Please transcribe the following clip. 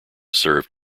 serve